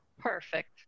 Perfect